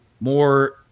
more